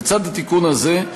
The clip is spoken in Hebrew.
לצד התיקון הזה,